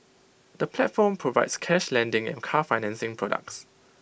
the platform provides cash lending and car financing products